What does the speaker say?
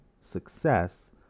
success